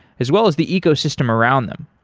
as well as the ecosystem around them.